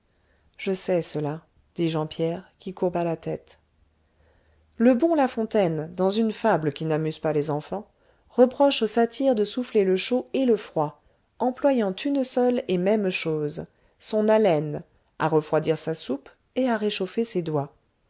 je sais cela dit jean pierre qui courba la tête le bon la fontaine dans une fable qui n'amuse pas les enfants reproche au satyre de souffler le chaud et le froid employant une seule et même chose son haleine à refroidir sa soupe et à réchauffer ses doigts